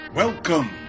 Welcome